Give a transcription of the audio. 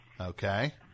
Okay